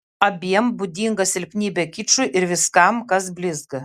abiem būdinga silpnybė kičui ir viskam kas blizga